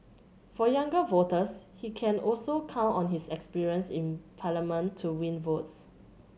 for younger voters he can also count on his experience in Parliament to win votes